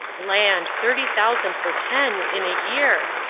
land, thirty thousand for ten in a year!